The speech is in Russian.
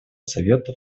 совета